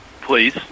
Please